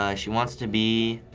ah she wants to be